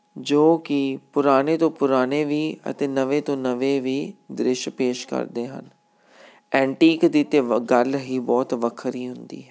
ਜੋ ਕਿ ਪੁਰਾਣੇ ਤੋਂ ਪੁਰਾਣੇ ਵੀ ਅਤੇ ਨਵੇਂ ਤੋਂ ਨਵੇਂ ਵੀ ਦ੍ਰਿਸ਼ ਪੇਸ਼ ਕਰਦੇ ਹਨ ਐਂਟੀਕ ਦੀ ਤਾਂ ਵ ਗੱਲ ਹੀ ਬਹੁਤ ਵੱਖਰੀ ਹੁੰਦੀ ਹੈ